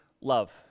Love